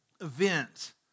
event